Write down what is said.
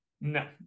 No